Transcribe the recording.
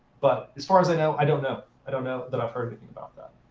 but as far as i know, i don't know. i don't know that i've heard anything about that.